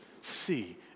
see